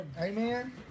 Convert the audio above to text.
Amen